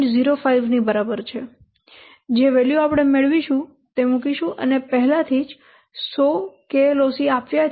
05 ની બરાબર છે જે વેલ્યુ આપણે મેળવીશું તે મુકીશું અને પહેલાથી જ 100 KLOC આપ્યા છે